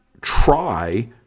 try